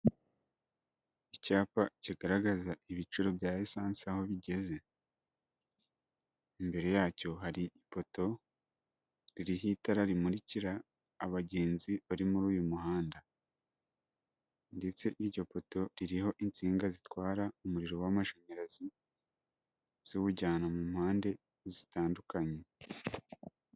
Icyapa kigaragaza ibiciro bya risansi aho bigeze, imbere yacyo hari ipoto ririho itara rimurikira abagenzi bari muri uyu muhanda ndetse iryo poto ririho insinga zitwara umuriro w'amashanyarazi ziwujyana mu mpande zitandukanye.